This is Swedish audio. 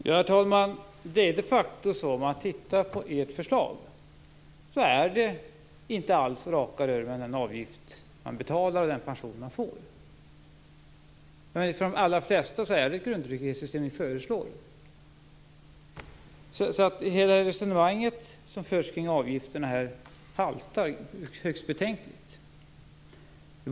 Herr talman! Om man de facto tittar på ert förslag är det inte alls raka rör mellan den avgift man betalar och den pension man får. För de allra flesta är det ett grundtrygghetssystem ni föreslår. Det resonemang som förs kring avgifterna haltar högst betänkligt.